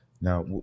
Now